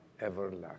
everlasting